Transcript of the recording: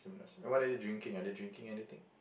what are they drinking are they drinking anything